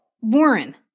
Warren